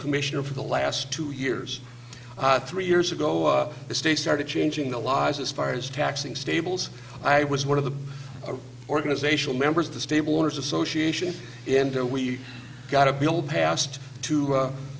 commissioner for the last two years three years ago the state started changing the laws as far as taxing stables i was one of the organizational members of the stable owners association and there we got a bill passed to